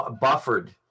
buffered